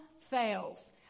fails